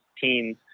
teams